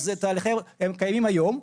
אלה תהליכים שקיימים היום,